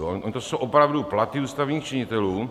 Ony to jsou opravdu platy ústavních činitelů.